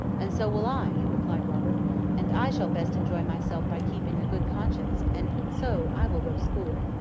and so will i, replied robert and i shall best enjoy myself by keeping a good conscience, and so i will go to school.